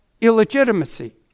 illegitimacy